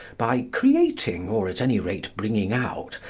by creating, or at any rate bringing out,